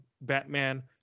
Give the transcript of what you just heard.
batman